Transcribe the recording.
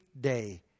day